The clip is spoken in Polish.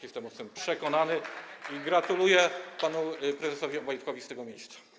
Jestem o tym przekonany i gratuluję panu prezesowi Obajtkowi z tego miejsca.